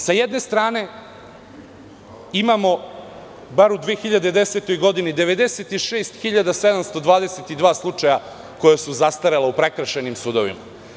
Sa jedne strane imamo, barem u 2010. godini, 96.722 slučaja koja su zastarela u prekršajnim sudovima.